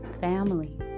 Family